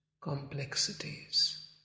complexities